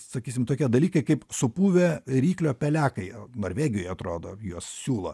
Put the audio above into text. sakysim tokie dalykai kaip supuvę ryklio pelekai norvegijoj atrodo juos siūlo